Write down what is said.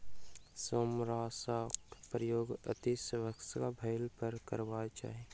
सेमारनाशकक प्रयोग अतिआवश्यक भेलहि पर करबाक चाही